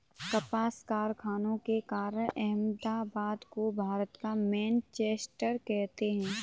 कपास कारखानों के कारण अहमदाबाद को भारत का मैनचेस्टर कहते हैं